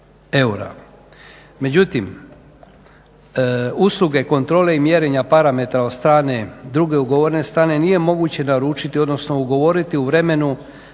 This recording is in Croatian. Međutim, usluge kontrole i mjerenja parametara od strane druge ugovorene strane nije moguće naručiti odnosno ugovoriti u vremenu